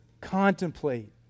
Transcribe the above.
contemplate